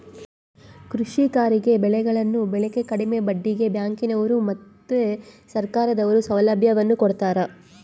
ಕೃಷಿಕರಿಗೆ ಬೆಳೆಗಳನ್ನು ಬೆಳೆಕ ಕಡಿಮೆ ಬಡ್ಡಿಗೆ ಬ್ಯಾಂಕಿನವರು ಮತ್ತೆ ಸರ್ಕಾರದವರು ಸೌಲಭ್ಯವನ್ನು ಕೊಡ್ತಾರ